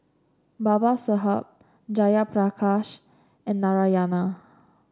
Babasaheb Jayaprakash and Narayana